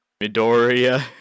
Midoriya